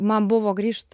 man buvo grįžt